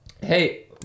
Hey